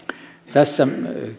tässä